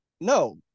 no